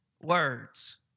words